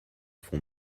font